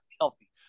healthy